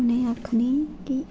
उ'नें ई आक्खनी की